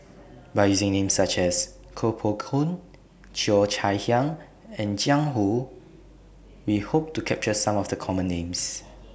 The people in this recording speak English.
By using Names such as Koh Poh Koon Cheo Chai Hiang and Jiang Hu We Hope to capture Some of The Common Names